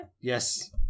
Yes